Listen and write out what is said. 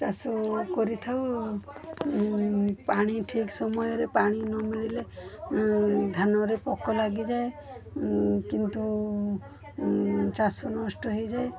ଚାଷ କରିଥାଉ ପାଣି ଠିକ୍ ସମୟରେ ପାଣି ନ ମିଳିଲେ ଧାନରେ ପୋକ ଲାଗିଯାଏ କିନ୍ତୁ ଚାଷ ନଷ୍ଟ ହୋଇଯାଏ